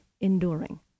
enduring